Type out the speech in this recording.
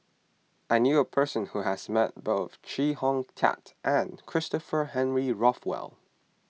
I knew a person who has met both Chee Hong Tat and Christopher Henry Rothwell